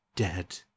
dead